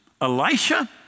Elisha